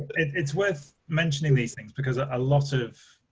it's worth mentioning these things, because a lot of